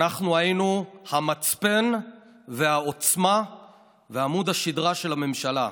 אנחנו היינו המצפן והעוצמה ועמוד השדרה של הממשלה,